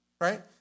right